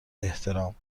احترام